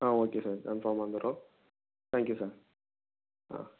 ஆ okay sir கன்ஃபார்மாக வந்துடுறோம் thank you sir ah